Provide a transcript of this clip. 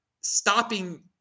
stopping